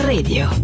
Radio